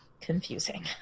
confusing